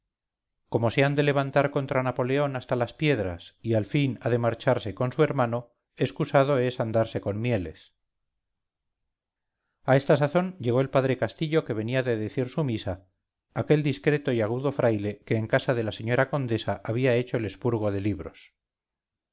como se han de levantar contra napoleón hasta las piedras y al fin ha de marcharse con su hermano excusado es andarse con mieles a esta sazón llegó el padre castillo que venía de decir su misa aquel discreto y agudo fraile que en casa de la señora condesa había hecho el expurgo de libros